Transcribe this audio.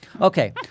Okay